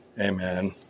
Amen